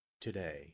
today